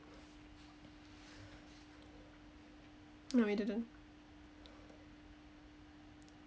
no we didn't